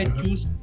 choose